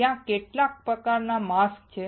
ત્યાં કેટલા પ્રકારના માસ્ક છે